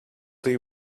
they